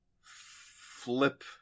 flip